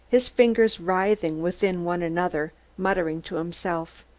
his fingers writhing within one another, muttering to himself.